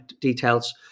details